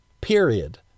period